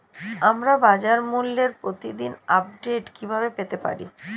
আমরা বাজারমূল্যের প্রতিদিন আপডেট কিভাবে পেতে পারি?